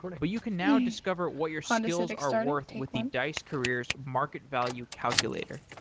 but you can now discover what your skills are worth with the dice careers market value calculator.